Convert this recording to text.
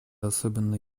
особенно